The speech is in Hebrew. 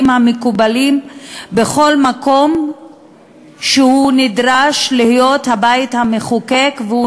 המקובלים בכל מקום שהוא נדרש להיות הבית המחוקק והוא